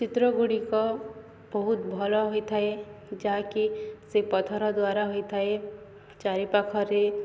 ଚିତ୍ରଗୁଡ଼ିକ ବହୁତ ଭଲ ହୋଇଥାଏ ଯାହାକି ସେ ପଥର ଦ୍ୱାରା ହୋଇଥାଏ ଚାରିପାଖରେ